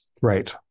right